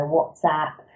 WhatsApp